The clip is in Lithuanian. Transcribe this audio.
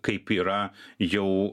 kaip yra jau